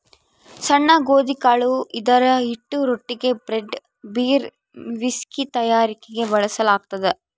ಸಣ್ಣ ಗೋಧಿಕಾಳು ಇದರಹಿಟ್ಟು ರೊಟ್ಟಿಗೆ, ಬ್ರೆಡ್, ಬೀರ್, ವಿಸ್ಕಿ ತಯಾರಿಕೆಗೆ ಬಳಕೆಯಾಗ್ತದ